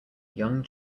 young